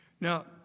now